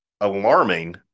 alarming